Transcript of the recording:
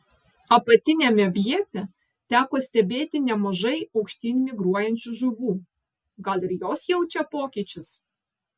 apatiniame bjefe teko stebėti nemažai aukštyn migruojančių žuvų gal ir jos jaučia pokyčius